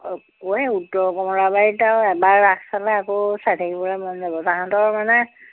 অঁ অঁ এই উত্তৰ কমলাবাৰীত আৰু এবাৰ ৰাস চালে আকৌ চাই থাকিবলৈ মন যাব তাহাঁতৰ মানে